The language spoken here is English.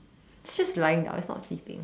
it's just lying down it's not sleeping